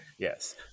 Yes